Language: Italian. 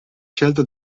scelta